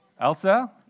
Elsa